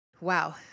wow